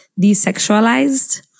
desexualized